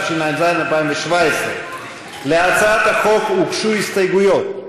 התשע"ז 2017. להצעת החוק הוגשו הסתייגויות,